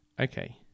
Okay